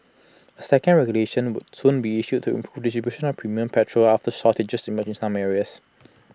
A second regulation would soon be issued to improve of premium petrol after shortages emerged in some areas